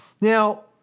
Now